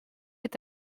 est